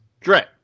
Dread